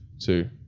Two